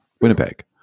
Winnipeg